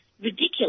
ridiculous